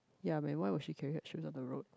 ya but why would she carry her shoes at the road